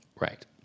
Right